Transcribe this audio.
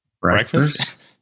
Breakfast